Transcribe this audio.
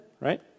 right